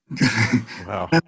Wow